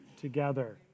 together